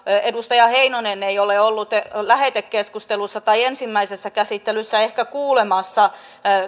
edustaja heinonen ei ole ollut lähetekeskustelussa tai ensimmäisessä käsittelyssä ehkä kuulemassa